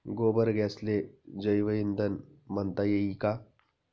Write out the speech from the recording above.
गोबर गॅसले जैवईंधन म्हनता ई का?